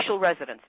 residence